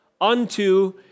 unto